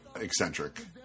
eccentric